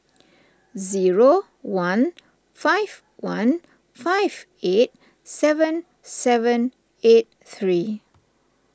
zero one five one five eight seven seven eight three